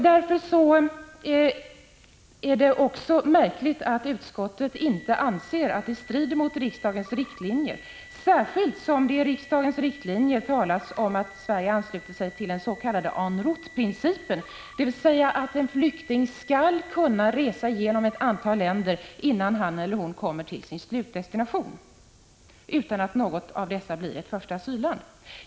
Därför är det märkligt att utskottet inte anser att agerandet i detta fall strider mot riksdagens riktlinjer, särskilt som det i riksdagens riktlinjer talas om att Sverige ansluter sig till den s.k. en route-principen, dvs. att en flykting skall kunna resa genom ett antal länder innan han eller hon kommer till sin slutdestination, utan att något av dessa länder blir ett första asylland.